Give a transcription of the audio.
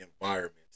environments